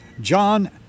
John